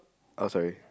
oh sorry